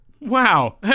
Wow